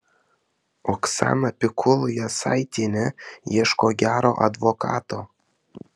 oksana pikul jasaitienė ieško gero advokato